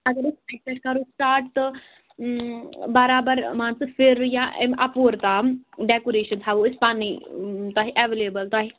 اَگر أسۍ اَتہِ پٮ۪ٹھ کَرو سِٹارٹ تہٕ برابر مان ژٕ پھِرٕ یا اَمہِ اَپور تام ڈیٚکوٗرَیٚشَن تھاوَو أسۍ پَنٕنۍ تۄہہِ ایٚویلیبُل تۄہہِ